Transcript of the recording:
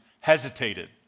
hesitated